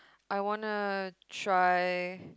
I wanna try